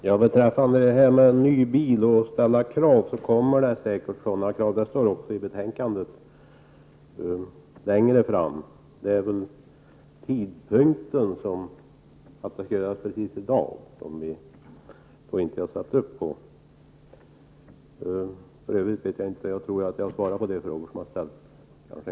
Herr talman! När det gäller det som sades om nya bilar och att man måste ställa krav, kommer det säkert sådana krav längre fram. Det sägs även i betänkandet. Däremot är vi inte överens om tidpunkten. För övrigt tror jag att jag har svarat på de frågor som har ställts.